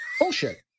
bullshit